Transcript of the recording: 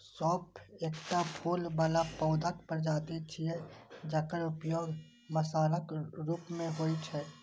सौंफ एकटा फूल बला पौधाक प्रजाति छियै, जकर उपयोग मसालाक रूप मे होइ छै